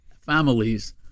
families